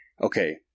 Okay